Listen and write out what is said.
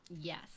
yes